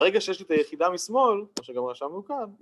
‫ברגע שיש לי את היחידה משמאל, ‫שגם היה שם מורכב